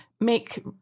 make